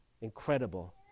Incredible